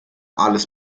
alles